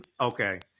Okay